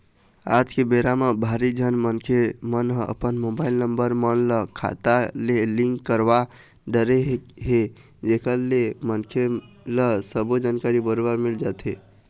आज के बेरा म भारी झन मनखे मन ह अपन मोबाईल नंबर मन ल खाता ले लिंक करवा डरे हे जेकर ले मनखे ल सबो जानकारी बरोबर मिल जाथे